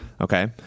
okay